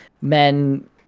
men